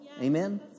Amen